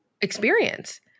experience